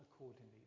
accordingly